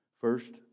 First